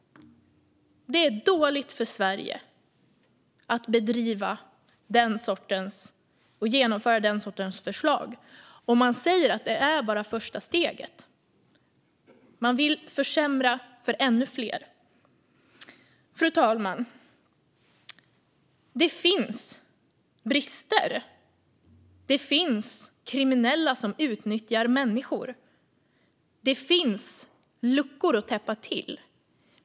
Det är dåligt för Sverige att genomföra den sortens förslag, och man säger att det bara är första steget. Man vill försämra för ännu fler. Fru talman! Det finns brister. Det finns kriminella som utnyttjar människor. Det finns luckor att täppa till.